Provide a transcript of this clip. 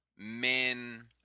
Men